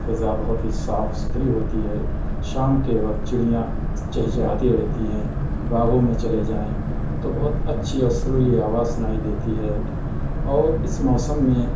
فضا بہت ہی صاف سُتھری ہوتی ہے شام کے وقت چُڑیاں چہچہاتی رہتی ہیں باغوں میں چلے جائیں تو بہت اچھی اور سُریلی آواز سُنائی دیتی ہے اور اِس موسم میں